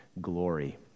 glory